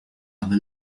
will